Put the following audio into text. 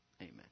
Amen